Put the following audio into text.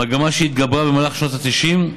מגמה זו התגברה במהלך שנות ה-90,